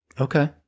Okay